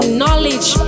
knowledge